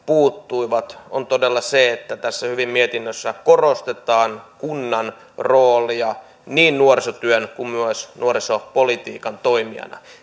puuttuivat on todella se että tässä mietinnössä hyvin korostetaan kunnan roolia niin nuorisotyön kuin myös nuorisopolitiikan toimijana